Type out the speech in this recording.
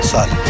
Son